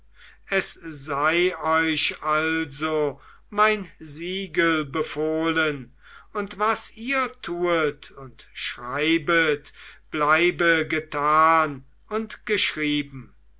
es sei euch also mein siegel befohlen und was ihr tuet und schreibet bleibe getan und geschrieben